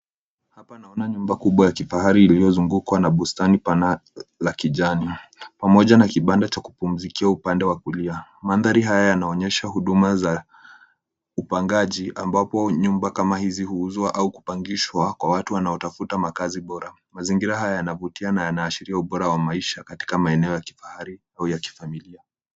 Hapa naona nyumba kubwa la kifahari lililozungukwa na bustani pana la kijani, Pamoja na kibanda cha kupumzikia upande wa kulia. Mandhari haya yanaonyesha huduma za upangaji ambapo nyumba kama hizi huuzwa au kupangishwa kwa watu wanaotafuta makaazi bora. Mazingira haya yanavutia na yanaashiria ubora wa maisha katika maeneo ya kifahari au ya kifamilia.